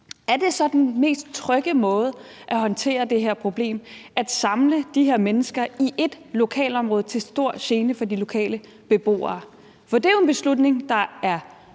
er det så den mest trygge måde at håndtere det her problem på at samle de her mennesker i ét lokalområde til stor gene for de lokale beboere? For det er jo en beslutning, som